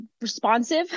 responsive